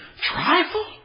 Trifle